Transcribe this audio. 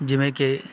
ਜਿਵੇਂ ਕਿ